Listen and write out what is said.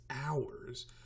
hours